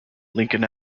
lincoln